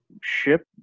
ship